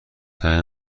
همه